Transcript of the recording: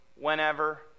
whenever